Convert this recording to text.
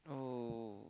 oh